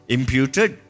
Imputed